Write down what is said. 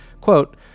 quote